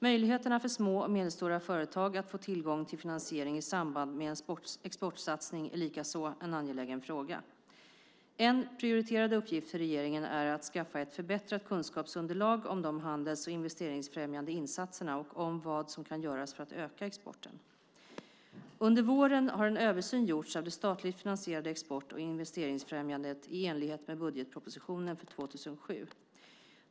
Möjligheterna för små och medelstora företag att få tillgång till finansiering i samband med en exportsatsning är likaså en angelägen fråga. En prioriterad uppgift för regeringen är att skaffa ett förbättrat kunskapsunderlag om de handels och investeringsfrämjande insatserna och om vad som kan göras för att öka exporten. Under våren har en översyn gjorts av det statligt finansierade export och investeringsfrämjandet i enlighet med budgetpropositionen för 2007.